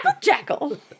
Jackal